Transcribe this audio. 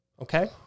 Okay